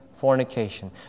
fornication